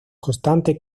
constante